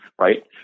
right